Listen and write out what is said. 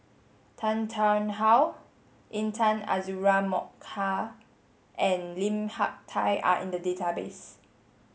Tan Tarn How Intan Azura Mokhtar and Lim Hak Tai are in the database